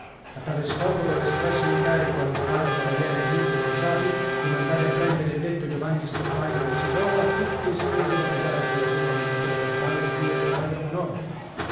a tale scopo dò espresso incarico al notaro cavaliere temistocle ciapi di mandare a prendere il detto giovanni stoppani dove si trova a tutte spese da pesare sulla somma dell'intero capitale di cui al paragrafo